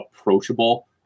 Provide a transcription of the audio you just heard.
approachable